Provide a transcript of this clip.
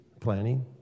planning